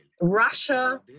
Russia